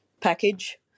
package